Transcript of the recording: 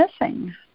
missing